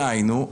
די, נו.